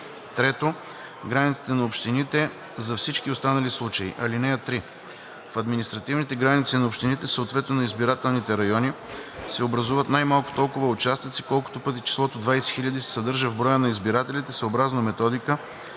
3. границите на общините за всички останали случаи. (3) В административните граници на общините, съответно на избирателните райони, се образуват най-малко толкова участъци, колкото пъти числото 20 000 се съдържа в броя на избирателите съобразно методика,